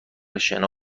شنا